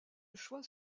choix